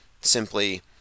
simply